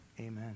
Amen